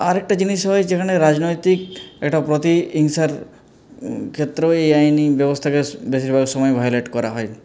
আর একটা জিনিস হয় যেখানে রাজনৈতিক একটা প্রতিহিংসার ক্ষেত্রে এই আইনি ব্যবস্থাকে বেশিরভাগ সময়ে ভায়োলেট করা হয়